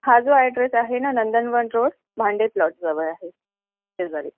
हा जो ॲड्रेस आहे ना नंदनवन रोड भांडे प्लॉटजवळ आहे शेजारी